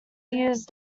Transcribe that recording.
used